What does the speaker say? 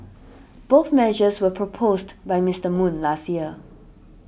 both measures were proposed by Mister Moon last year